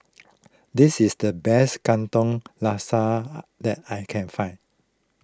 this is the best Katong Laksa that I can find